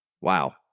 Wow